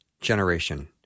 Generation